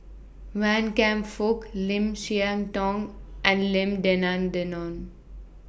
Wan Kam Fook Lim Siah Tong and Lim Denan Denon